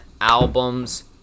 albums